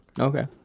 Okay